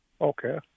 Okay